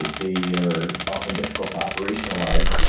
they are often difficult to operationalize.